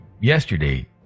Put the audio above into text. yesterday